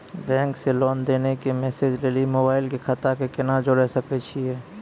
Bank से लेंन देंन के मैसेज लेली मोबाइल के खाता के केना जोड़े सकय छियै?